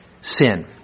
sin